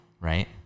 Right